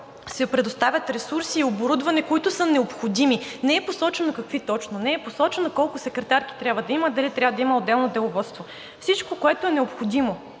се предоставят ресурси и оборудване, които са необходими, не е посочено какви точно, не е посочено колко секретарки трябва да има, дали трябва да има отделно деловодство – всичко, което е необходимо